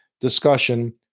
discussion